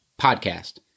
podcast